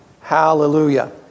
Hallelujah